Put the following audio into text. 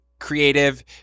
creative